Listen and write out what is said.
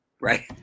Right